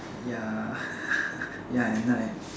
ya ya at night